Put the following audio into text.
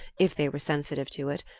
if they were sensitive to it,